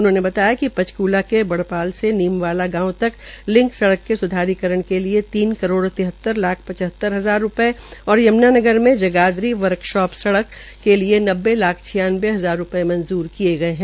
उन्होंने बताया कि पंचकूला के बड़याल से नीमवाला गांव तक लिंक सडक के सुधारीकरण के लिए तीन करोड़ तिहत्तर लाख पचहत्तर हजार रूपये और यमुनानगर में जगाधरी वर्कशाप सड़क के लिए नब्बे लाख छियानवें हजार रूपये मंजूर किये गये है